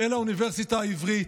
אל האוניברסיטה העברית.